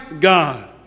God